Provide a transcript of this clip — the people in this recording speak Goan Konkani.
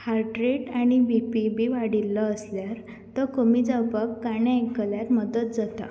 हार्ट रेट आनी बिपी बीन वाडिल्लो आसल्यार तो कमी जावपाक गाणें आयकल्यार मदत जाता